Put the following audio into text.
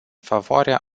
favoarea